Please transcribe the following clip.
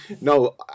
no